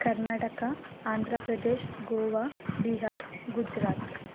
Karnataka Andhra Pradesh Goa Bihar Gujarat